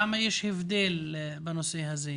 למה יש הבדל בנושא הזה?